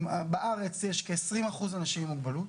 בארץ יש כ-20% אנשים עם מוגבלות,